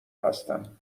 هستم